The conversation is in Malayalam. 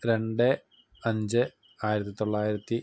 രണ്ട് അഞ്ച് ആയിരത്തിത്തൊള്ളായിരത്തി